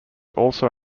also